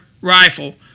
rifle